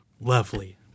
lovely